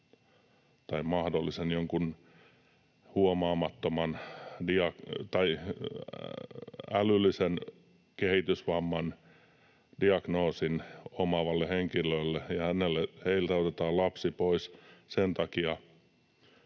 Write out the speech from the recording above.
tai mahdollisen jonkun huomaamattoman tai älyllisen kehitysvamman diagnoosin omaavalta henkilöltä otetaan lapsi pois enemmänkin